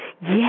Yes